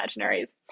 imaginaries